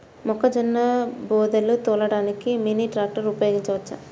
మొక్కజొన్న బోదెలు తోలడానికి మినీ ట్రాక్టర్ ఉపయోగించవచ్చా?